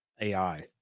AI